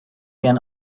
can